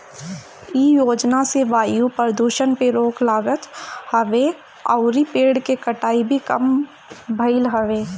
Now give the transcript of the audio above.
इ योजना से वायु प्रदुषण पे रोक लागत हवे अउरी पेड़ के कटाई भी कम भइल हवे